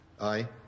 Aye